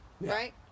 right